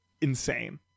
insane